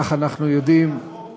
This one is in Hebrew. כך אנחנו יודעים, גם